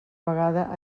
vegada